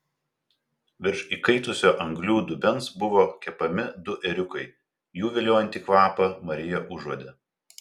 virš įkaitusio anglių dubens buvo kepami du ėriukai jų viliojantį kvapą marija užuodė